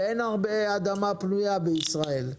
ואין הרבה אדמה פנויה בישראל.